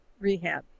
rehab